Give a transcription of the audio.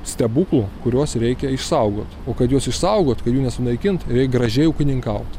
stebuklų kuriuos reikia išsaugot o kad juos išsaugot kad jų nesunaikint reik gražiai ūkininkaut